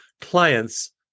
clients